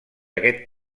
aquest